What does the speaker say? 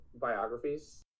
biographies